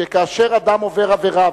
שכאשר אדם עובר עבירה,